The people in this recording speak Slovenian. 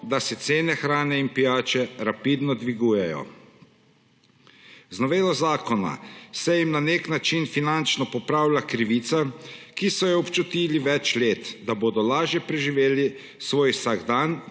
da se cene hrane in pijače rapidno dvigujejo.Z novelo zakona se jim na nek način finančno popravlja krivica, ki so jo občutili več let, da bodo lažje preživeli svoj vsakdan,